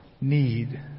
need